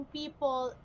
people